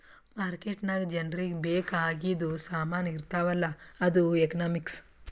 market ನಾಗ್ ಜನರಿಗ ಬೇಕ್ ಆಗಿದು ಸಾಮಾನ್ ಇರ್ತಾವ ಅಲ್ಲ ಅದು ಎಕನಾಮಿಕ್ಸ್